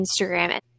Instagram